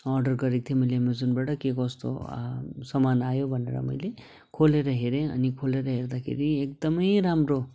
order गरेको थिएँ मैले एमेजोनबाट के कस्तो हो सामान आयो भनेर मैले खोलेर हेरेँ अनि खोलेर हेर्दाखेरि एकदमै राम्रो